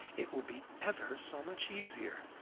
it will be ever so much easier.